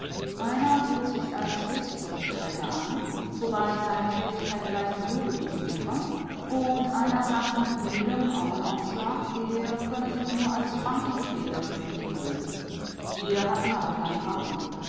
einer bot sich als hilfsbriefträger an wobei seine tätigkeit gleich null gewesen wäre und einer sagte mit mildem augenaufschlag er könne sich nur als krankenpfleger glücklich fühlen wir hatten aber keine